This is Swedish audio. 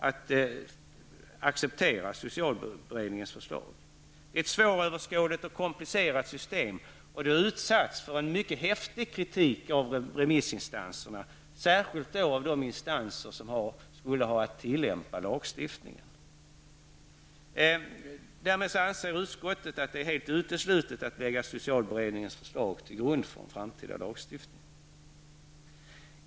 Förslaget innebär ett svåröverskådligt och komplicerat system, och det har utsatts för en mycket häftig kritik av remissinstanserna, särskilt av de instanser som skulle ha att tillämpa lagstiftningen. Utskottet anser att det är helt uteslutet att lägga socialberedningens förslag till grund för en framtida lagstiftning.